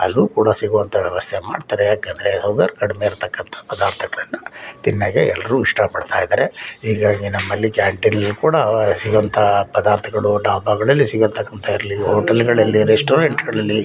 ಅಲ್ಲೂ ಕೂಡ ಸಿಗುವಂಥ ವ್ಯವಸ್ಥೆ ಮಾಡ್ತಾರೆ ಯಾಕೆಂದರೆ ಶುಗರ್ ಕಡಿಮೆ ಇರತಕ್ಕಂಥ ಪದಾರ್ಥಗಳನ್ನ ತಿನ್ನೋಕೆ ಎಲ್ರೂ ಇಷ್ಟ ಪಡ್ತಾಯಿದ್ದಾರೆ ಹೀಗಾಗಿ ನಮ್ಮಲ್ಲಿ ಕ್ಯಾಂಟೀನಲ್ಲೂ ಕೂಡ ಸಿಗೊ ಅಂಥ ಪದಾರ್ಥಗಳೂ ಡಾಬಾಗಳಲ್ಲಿ ಸಿಗತಕ್ಕಂಥ ಇರಲಿ ಹೋಟೆಲ್ಗಳಲ್ಲಿ ರೆಸ್ಟೋರೆಂಟ್ಗಳಲ್ಲಿ